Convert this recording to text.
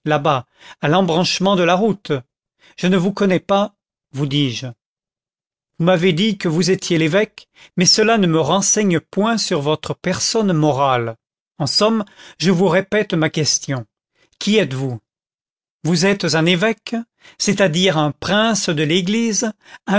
là-bas à l'embranchement de la route je ne vous connais pas vous dis-je vous m'avez dit que vous étiez l'évêque mais cela ne me renseigne point sur votre personne morale en somme je vous répète ma question qui êtes-vous vous êtes un évêque c'est-à-dire un prince de l'église